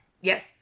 yes